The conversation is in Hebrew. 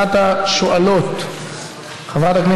מערכת הביטחון מעריכה שבמלחמה הבאה,